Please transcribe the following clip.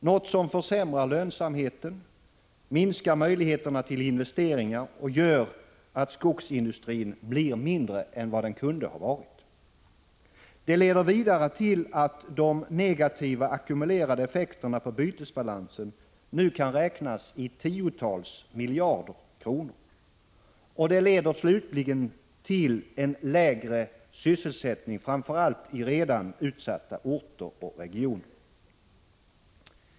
Det innebär att lönsamheten försämras, att möjligheterna till investeringar minskar och att skogsindustrin inte blir så betydelsefull som den kunde ha varit, vilket i slutändan leder till lägre sysselsättning — framför allt när det gäller redan utsatta orter och regioner. Vidare innebär det att de negativa ackumulerade effekterna på bytesbalansen nu kan räknas i tiotals miljarder kronor.